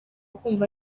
kumva